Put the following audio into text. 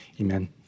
amen